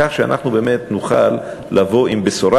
כך שאנחנו נוכל לבוא עם בשורה.